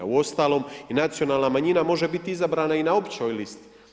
Uostalom i nacionalna manjina može biti izabrana i na općoj listi.